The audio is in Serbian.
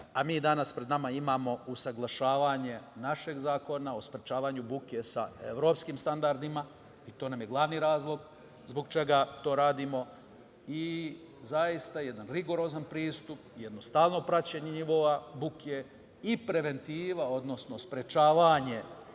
a mi danas pred nama imamo usaglašavanje našeg Zakona o sprečavanju buke sa evropskim standardima i to nam je glavni razlog zbog čega to radimo i zaista jedan rigorozan pristup, jedno stalno praćenje nivoa buke i preventiva, odnosno sprečavanje